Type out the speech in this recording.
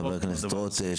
חבר הכנסת רוט,